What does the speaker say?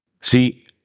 See